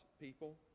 people